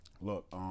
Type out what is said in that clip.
look